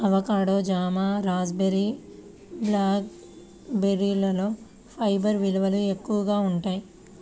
avocado, జామ, raspberry, black బెర్రీలలో fibre విలువలు ఎక్కువగా ఉంటాయి